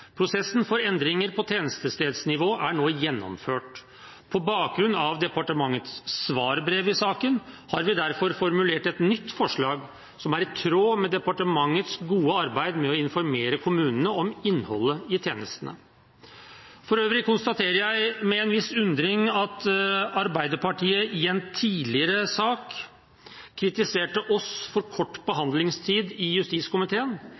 Prosessen for endringer på tjenestestedsnivå er nå gjennomført. På bakgrunn av departementets svarbrev i saken har vi derfor formulert et nytt forslag som er i tråd med departementets gode arbeid med å informere kommunene om innholdet i tjenestene. For øvrig konstaterer jeg med en viss undring at Arbeiderpartiet i en tidligere sak kritiserte oss for kort behandlingstid i justiskomiteen,